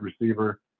receiver